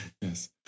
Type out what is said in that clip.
Yes